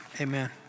Amen